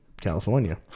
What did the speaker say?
California